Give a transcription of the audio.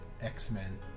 X-Men